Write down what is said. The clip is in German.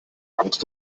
brauchst